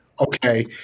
Okay